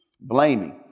Blaming